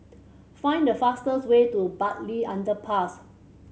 find the fastest way to Bartley Underpass